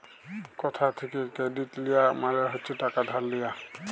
কথা থ্যাকে কেরডিট লিয়া মালে হচ্ছে টাকা ধার লিয়া